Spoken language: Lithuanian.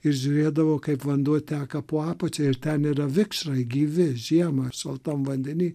ir žiūrėdavau kaip vanduo teka po apačia ir ten yra vikšrai gyvi žiemą šaltam vandeny